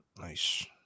Nice